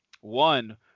one